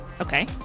Okay